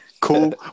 cool